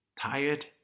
tired